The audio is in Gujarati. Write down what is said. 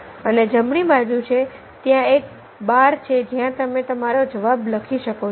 અને જમણી બાજુ છે ત્યાં એક બાર છે જ્યાં તમે તમારા જવાબો લખી શકો છો